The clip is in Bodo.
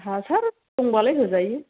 हासार दंबालाय होजायो